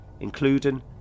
Including